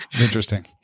interesting